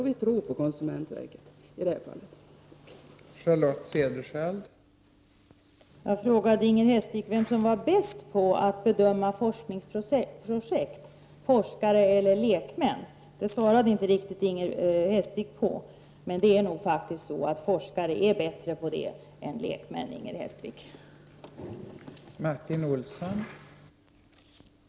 Vi tror på konsumentverket i det här fallet.